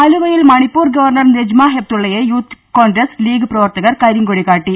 ആലുവയിൽ മണിപ്പൂർ ഗവർണർ നെജ്മ ഹെപ്ത്തുള്ളയെ യൂത്ത് കോൺഗ്രസ് ലീഗ് പ്രവർത്തകർ കരിങ്കൊടി കാട്ടി